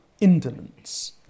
indolence